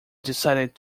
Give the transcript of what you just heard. decided